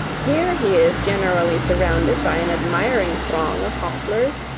here he is generally surrounded by an admiring throng of hostlers,